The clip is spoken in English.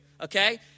okay